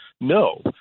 no